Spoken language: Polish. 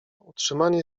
utrzymanie